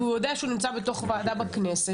כי הוא יודע שהוא נמצא בתוך ועדה בכנסת,